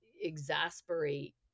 exasperate